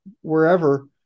wherever